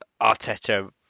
Arteta